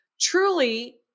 truly